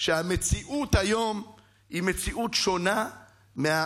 ודאי שהמציאות היום היא מציאות שונה ממה